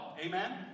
Amen